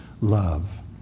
love